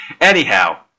Anyhow